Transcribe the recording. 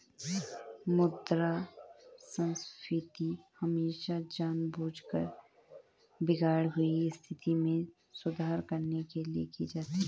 मुद्रा संस्फीति हमेशा जानबूझकर बिगड़ी हुई स्थिति में सुधार करने के लिए की जाती है